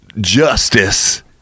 justice